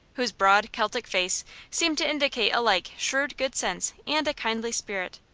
whose broad, celtic face seemed to indicate alike shrewd good sense and a kindly spirit.